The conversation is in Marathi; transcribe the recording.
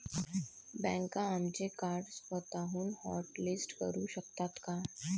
बँका आमचे कार्ड स्वतःहून हॉटलिस्ट करू शकतात का?